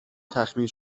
تخمیر